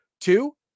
Two